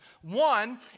One